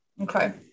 okay